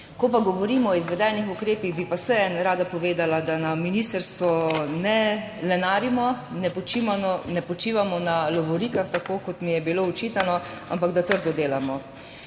Ko pa govorimo o izvedenih ukrepih, bi pa vseeno rada povedala, da na ministrstvu ne lenarim, ne počivamo na lovorikah, tako kot mi je bilo očitano, ampak da trdo delamo.